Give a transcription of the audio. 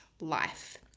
life